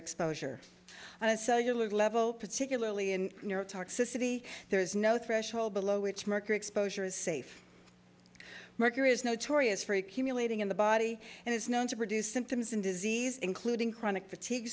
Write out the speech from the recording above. exposure and so you lose level particularly in neurotoxicity there is no threshold below which mercury exposure is safe mercury is notorious for a cumulating in the body and is known to produce symptoms in disease including chronic fatigue